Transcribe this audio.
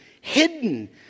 hidden